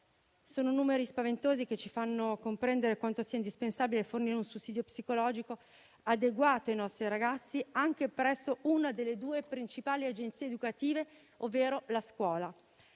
Sono numeri spaventosi, che ci fanno comprendere quanto sia indispensabile fornire un sussidio psicologico adeguato ai nostri ragazzi, anche presso una delle due principali agenzie educative, ovvero la scuola.